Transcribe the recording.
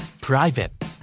Private